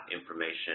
information